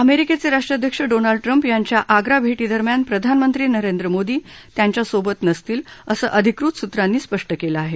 अमेरिकेचे राष्ट्राध्यक्ष Donald Trump यांच्या आग्रा भेरींदरम्यान प्रधानमंत्री नरेंद्र मोदी यांच्या सोबत नसतील असं अधिकृत सूत्रानी स्पष्ट केलं आहे